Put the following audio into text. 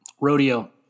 Rodeo